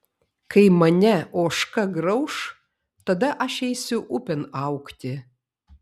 kai mane ožka grauš tada aš eisiu upėn augti